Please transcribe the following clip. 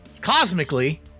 cosmically